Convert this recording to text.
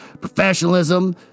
Professionalism